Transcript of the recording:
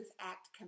act